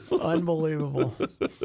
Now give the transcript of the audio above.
Unbelievable